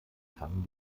fangen